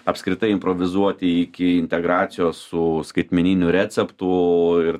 apskritai improvizuoti iki integracijos su skaitmeniniu receptu ir